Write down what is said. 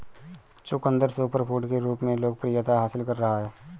चुकंदर सुपरफूड के रूप में लोकप्रियता हासिल कर रहा है